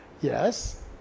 Yes